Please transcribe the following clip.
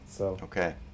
Okay